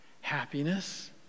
happiness